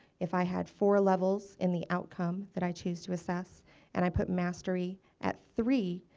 if i had four levels in the outcome that i choose to assess and i put mastery at three,